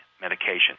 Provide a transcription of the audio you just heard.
medication